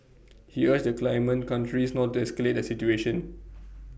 he urged the claimant countries not to escalate the situation